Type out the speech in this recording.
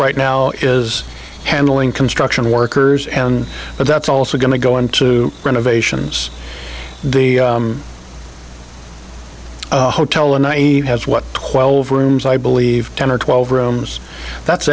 right now is handling construction workers and but that's also going to go into renovations the hotel and i e has what twelve rooms i believe ten or twelve rooms that's